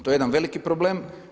To je jedan veliki problem.